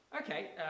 okay